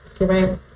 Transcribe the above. Right